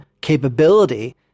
capability